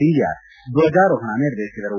ಸಿಂಧ್ಯ ಧ್ವಜಾರೋಹಣ ನೆರವೇರಿಸಿದರು